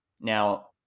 Now